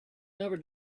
never